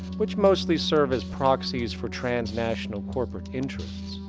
which mostly serve as proxies for transnational corporate interests.